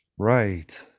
Right